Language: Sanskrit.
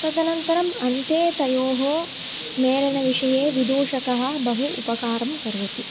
तदनन्तरम् अन्ते तयोः मेलनविषये विदूषकः बहु उपकारं करोति